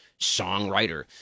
songwriter